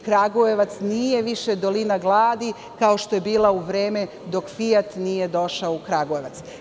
Kragujevac više nije dolina gladi, kao što je bila u vreme dok Fijat nije došao u Kragujevac.